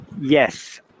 Yes